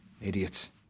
Idiots